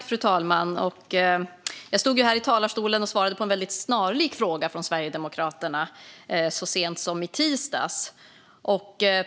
Fru talman! Jag stod här i talarstolen och svarade på en snarlik fråga från Sverigedemokraterna så sent som i tisdags.